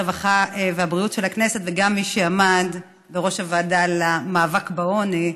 הרווחה והבריאות של הכנסת וגם מי שעמד בראש הוועדה למאבק בעוני.